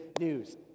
news